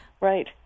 Right